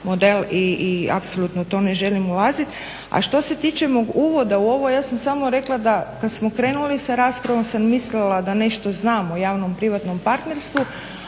model i apsolutno u to ne želim ulaziti. A što se tiče mog uvoda u ovo ja sam samo rekla da kada smo krenuli sa raspravom sam mislila da nešto znam o javno-privatno partnerstvu